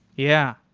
yeah,